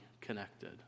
connected